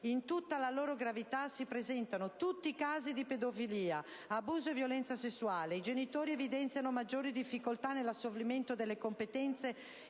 In tutta la loro gravità si presentano oggi i casi di pedofilia, abuso e violenza sessuale; i genitori evidenziano maggiori difficoltà nell'assolvimento delle competenze